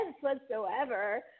whatsoever